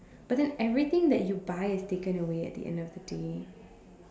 but then everything that you buy is taken away at the end of the day